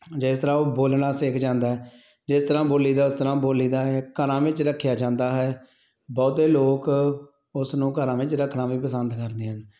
ਜਿਸ ਤਰ੍ਹਾਂ ਉਹ ਬੋਲਣਾ ਸਿੱਖ ਜਾਂਦਾ ਹੈ ਜਿਸ ਤਰ੍ਹਾਂ ਬੋਲੀ ਦਾ ਉਸ ਤਰ੍ਹਾਂ ਬੋਲੀ ਦਾ ਹੈ ਘਰਾਂ ਵਿੱਚ ਰੱਖਿਆ ਜਾਂਦਾ ਹੈ ਬਹੁਤੇ ਲੋਕ ਉਸ ਨੂੰ ਘਰਾਂ ਵਿੱਚ ਰੱਖਣਾ ਵੀ ਪਸੰਦ ਕਰਦੇ ਹਨ